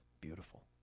Beautiful